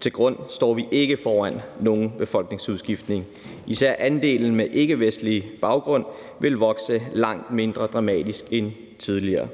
til grund, står vi ikke foran nogen befolkningsudskiftning. Især andelen med ikkevestlig baggrund vil vokse langt mindre dramatisk end tidligere